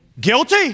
guilty